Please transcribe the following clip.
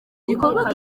gikorwa